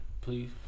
please